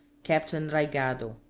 captain raygado.